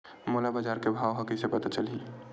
मोला बजार के भाव ह कइसे पता चलही?